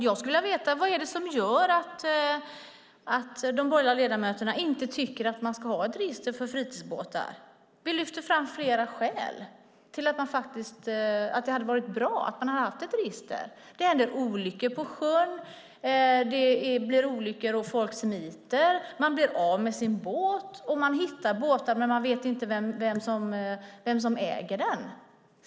Jag skulle vilja veta vad det är som gör att de borgerliga ledamöterna inte tycker att vi ska ha ett register för fritidsbåtar? Vi lyfter fram flera skäl till att det hade varit bra att ha ett register. Det händer olyckor på sjön, folk smiter från olyckor, man blir av med båtar och man hittar båtar men vet inte vem som äger dem.